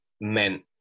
meant